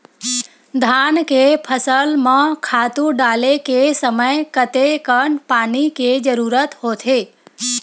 धान के फसल म खातु डाले के समय कतेकन पानी के जरूरत होथे?